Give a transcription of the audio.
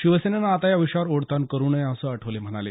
शिवसेनेनं आता या विषयावर ओढताण करू नये असं आठवले म्हणाले